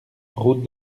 route